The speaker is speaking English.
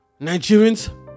Nigerians